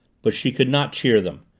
but she could not cheer them.